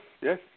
yes